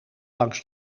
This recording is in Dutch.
langs